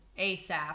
ASAP